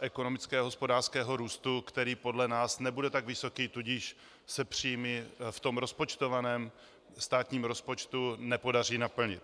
ekonomického hospodářského růstu, který podle nás nebude tak vysoký, tudíž se příjmy v rozpočtovaném státním rozpočtu nepodaří naplnit.